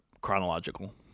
chronological –